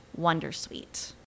wondersuite